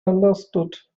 understood